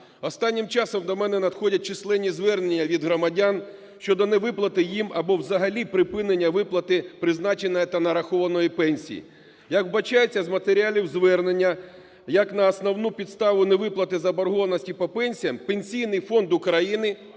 Останнім часом до мене надходять численні звернення від громадян щодо невиплати їм або взагалі припинення виплати призначеної та нарахованої пенсії. Як вбачається з матеріалів звернення, як на основну підставу невиплати заборгованості по пенсіях Пенсійний фонд України